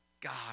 God